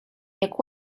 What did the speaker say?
jak